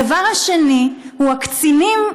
הדבר השני הוא הקצינים.